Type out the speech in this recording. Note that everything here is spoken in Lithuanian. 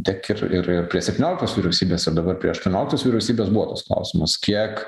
tiek ir ir ir prie septynioliktos vyriausybės ir dabar prie aštuonioliktos vyriausybės buvo tas klausimas kiek